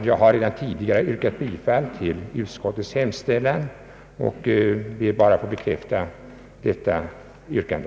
Jag har redan tidigare yrkat bifall till utskottets hemställan och ber bara att få bekräfta detta yrkande.